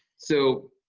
so,